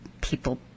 people